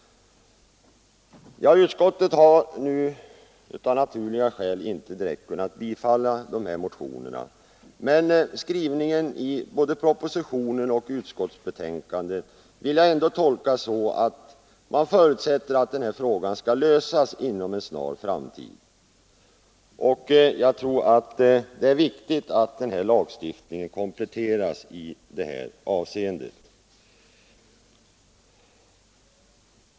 Utskottet har av naturliga skäl inte direkt kunnat tillstyrka dessa motioner. Men skrivningen i både propositionen och utskottsbetänkandet vill jag ändå tolka så att man förutsätter att denna fråga skall lösas inom en snar framtid. Jag tror att det är viktigt att lagstiftningen kompletteras i detta avseende.